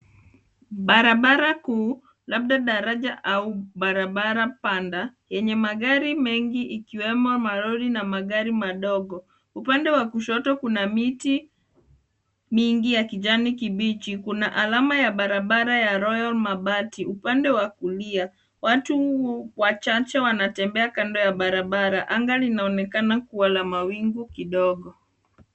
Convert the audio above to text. Barabara kuu labda daraja au barabara panda yenye magari mengi ikiwemo malori na magari madogo. Upande wa kushoto kuna miti mingi ya kijani kibichi. Kuna alama ya barabara ya Royal mabati upande wa kulia. Watu wachache wanatembea kando ya barabara. Anga linaonekana kuwa la mawingu kidogo.